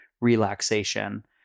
relaxation